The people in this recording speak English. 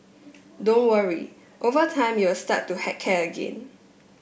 don't worry over time you'll start to heck care again